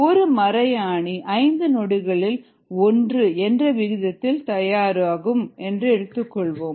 ஒரு மறையாணி 5 நொடிகளில் 1 என்ற விகிதத்தில் தயாராகும் என்று எடுத்துக்கொள்வோம்